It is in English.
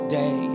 day